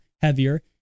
heavier